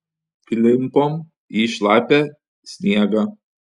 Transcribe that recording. klimpom į šlapią sniegą